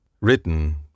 Written